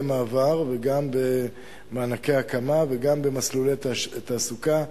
מעבר וגם במענקי הקמה וגם במסלולי תעסוקה,